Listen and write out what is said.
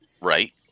Right